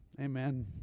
Amen